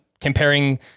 comparing